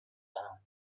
دهم